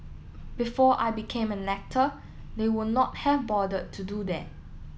before I became an actor they would not have bothered to do that